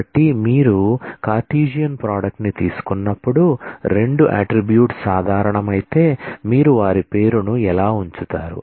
కాబట్టి మీరు Cartesian product ని తీసుకున్నప్పుడు రెండు అట్ట్రిబ్యూట్స్ సాధారణమైతే మీరు వారి పేరును ఎలా ఉంచుతారు